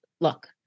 look